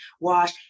wash